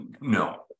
No